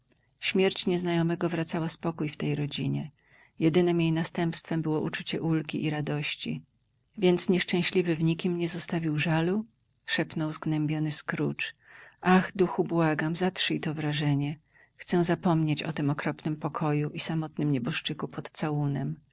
śmierć nieznajomego wracała spokój tej rodzinie jedynem jej następstwem było uczucie ulgi i radości więc nieszczęśliwy w nikim nie zostawił żalu szepnął zgnębiony scrooge ach duchu błagam zatrzyj to wrażenie chcę zapomnieć o tym okropnym pokoju i samotnym nieboszczyku pod całunem